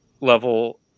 level